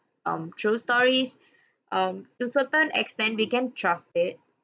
um true stories um to certain extent we can trust it